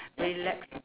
relax